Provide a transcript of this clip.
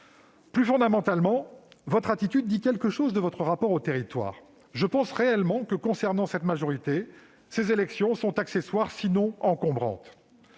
Plus fondamentalement, votre attitude dit quelque chose de votre rapport au territoire. Je pense réellement que, pour cette majorité, ces élections sont accessoires, sinon encombrantes,